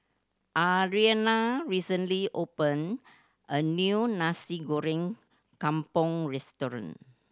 Alaina recently opened a new Nasi Goreng Kampung restaurant